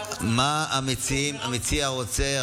מה המציע רוצה?